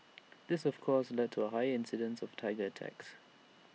this of course led to higher incidences of Tiger attacks